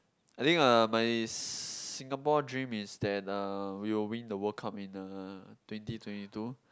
I think uh my Singapore dream is that uh we will win the World Cup in uh twenty twenty two